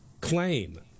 claim